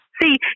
See